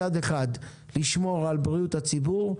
מצד אחד לשמור על בריאות הציבור,